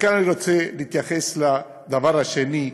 כאן אני רוצה להתייחס לדבר השני,